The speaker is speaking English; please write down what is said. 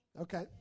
Okay